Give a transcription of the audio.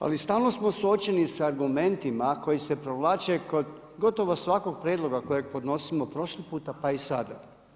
Ali stalno smo suočeni sa argumentima koji se provlače kod gotovo svakog prijedloga kojeg podnosimo prošli puta, pa i sada.